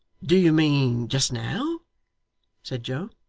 do you mean just now said joe.